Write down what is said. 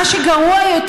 מה שגרוע יותר,